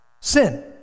Sin